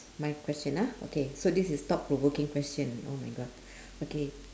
my question ah okay so this is thought provoking question oh my god okay